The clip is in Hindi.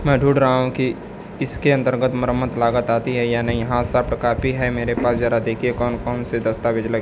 मैं ढूंढ रहा हूँ कि इसके अन्तर्गत मरम्मत लागत आती है या नहीं हाँ सॉफ्ट कॉपी है मेरे पास जरा देखिए कौन कौन से दस्तावेज लगे